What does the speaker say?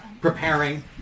preparing